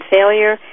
Failure